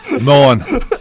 Nine